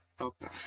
Okay